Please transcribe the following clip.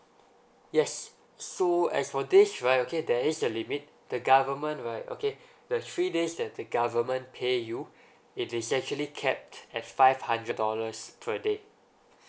yes so as for this right okay there is a limit the government right okay the three days that the government pay you it is actually capped at five hundred dollars per day